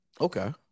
Okay